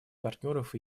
партнеров